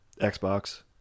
Xbox